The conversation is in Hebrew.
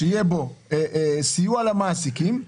שיהיה בו סיוע למעסיקים.